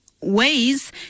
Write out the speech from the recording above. Ways